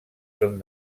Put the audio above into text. són